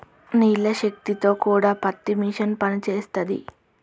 నీళ్ల శక్తి తో కూడా పత్తి మిషన్ పనిచేస్తది